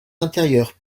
intérieurs